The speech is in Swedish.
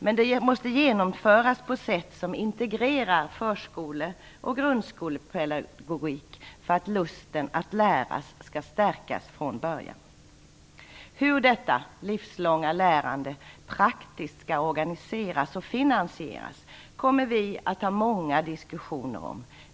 Men det måste genomföras på ett sätt som integrerar förskole och grundskolepedagogik, för att lusten att lära skall stärkas från början. Hur detta livslånga lärande praktiskt skall organiseras och finansieras kommer vi att ha många diskussioner om.